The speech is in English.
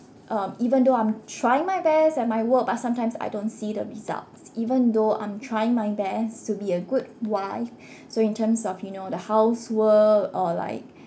um even though I'm trying my best at my work but sometimes I don't see the results even though I'm trying my best to be a good wife so in terms of you know the housework or like